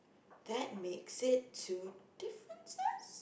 that makes it two differences